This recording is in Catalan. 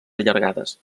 allargades